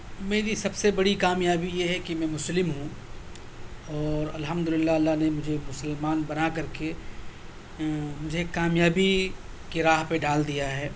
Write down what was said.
میری سب سے بڑی کامیابی یہ ہے کہ میں مسلم ہوں اور الحمداللہ اللہ نے مجھے مسلمان بنا کر کے مجھے کامیابی کے راہ پہ ڈال دیا ہے